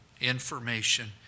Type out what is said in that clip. information